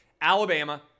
Alabama